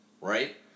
right